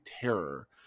terror